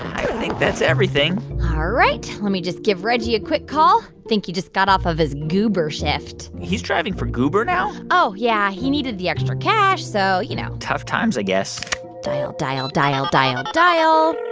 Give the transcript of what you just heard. i think that's everything all right. let me just give reggie a quick call. think he just got off of his goober shift he's driving for goober now? oh, yeah. he needed the extra cash so, you know. tough times, i guess dial, dial, dial, dial, dial.